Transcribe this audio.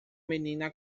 menina